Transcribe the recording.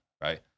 right